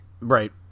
Right